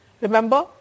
remember